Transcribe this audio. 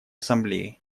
ассамблеи